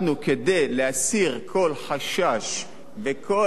כדי להסיר כל חשש וכל,